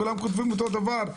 כולם כותבים אותו דבר?